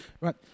right